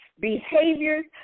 behaviors